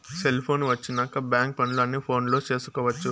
cellphone వచ్చినాక bank పనులు అన్ని ఫోనులో చేసుకొవచ్చు